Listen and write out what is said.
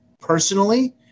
personally